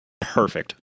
perfect